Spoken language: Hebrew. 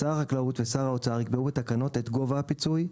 שר החקלאות ושר האוצר יקבעו בתקנות את גובה הפיצוי,